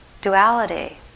duality